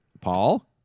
Paul